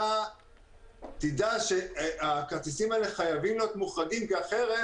שהוועדה תדע שהכרטיסים האלה חייבים להיות מוחרגים כי אחרת,